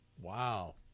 Wow